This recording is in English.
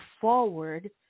forward